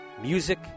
music